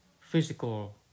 physical